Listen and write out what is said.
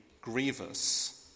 grievous